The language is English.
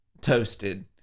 Toasted